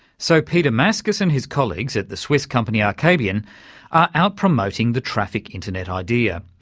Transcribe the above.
so peter maskus and his colleagues at the swiss company acabion are out promoting the traffic internet idea.